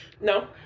No